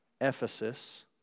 Ephesus